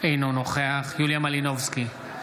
אינו נוכח יוליה מלינובסקי,